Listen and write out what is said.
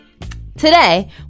Today